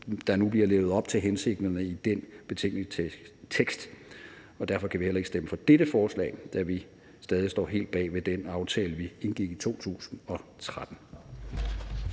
der nu bliver levet op til hensigterne i den betænkningstekst. Og derfor kan vi heller ikke stemme for dette forslag, da vi stadig står helt bag ved den aftale, vi indgik i 2013.